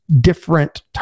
different